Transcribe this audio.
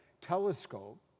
telescope